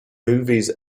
movies